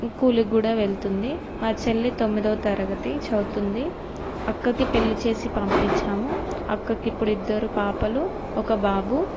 కూలికి కూడా వెళ్తుంది చెల్లి తొమ్మిదవ తరగతి చదువుతుంది అక్కకి పెళ్ళి చేసి పంపించాము అక్కకి ఇప్పుడు ఇద్దరు పాపలు ఒక బాబు